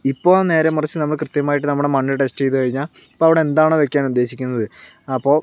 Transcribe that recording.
ഇപ്പോൾ നേരേ മറിച്ച് നമ്മൾ കൃത്യമായിട്ട് നമ്മുടെ മണ്ണ് ടെസ്റ്റ് ചെയ്ത് കഴിഞ്ഞാൽ ഇപ്പൊൾ അവിടെ എന്താണോ വെക്കാൻ ഉദ്ദേശിക്കുന്നത് അപ്പോൾ